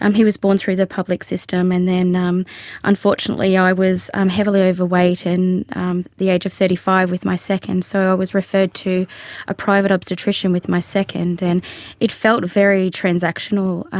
um he was born through the public system, and then um unfortunately yeah i was um heavily overweight and the age of thirty five with my second, so i was referred to a private obstetrician with my second. and it felt very transactional,